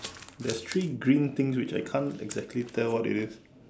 there's three green things which I can't exactly tell what it is